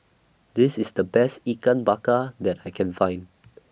This IS The Best Ikan Bakar that I Can Find